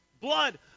blood